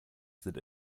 sind